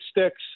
sticks